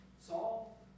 Saul